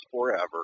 forever